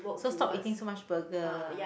so stop eating so much burger